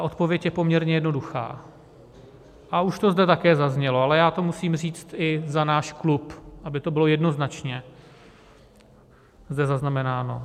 Odpověď je poměrně jednoduchá, už to zde také zaznělo, ale já to musím říct i za náš klub, aby to bylo jednoznačně zde zaznamenáno.